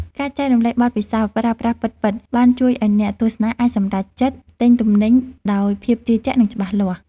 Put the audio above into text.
ការចែករំលែកបទពិសោធន៍ប្រើប្រាស់ពិតៗបានជួយឱ្យអ្នកទស្សនាអាចសម្រេចចិត្តទិញទំនិញដោយភាពជឿជាក់និងច្បាស់លាស់។